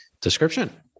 description